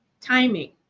timing